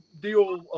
deal